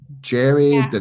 Jerry